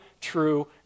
true